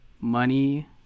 money